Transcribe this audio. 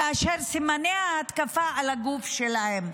כאשר סימני ההתקפה על הגוף שלהם,